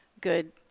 good